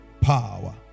power